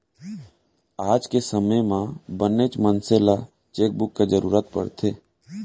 आज के समे म बनेच मनसे ल चेकबूक के जरूरत परथे